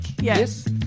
Yes